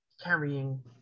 carrying